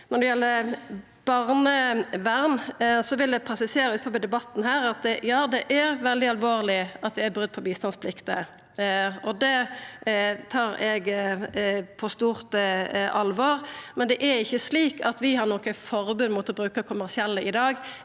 Når det gjeld barnevern, vil eg presisera i debatten her at ja, det er veldig alvorleg at det er brot på bistandsplikta. Det tar eg på stort alvor. Men det er ikkje slik at vi har noko forbod mot å bruka kommersielle i dag.